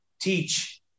teach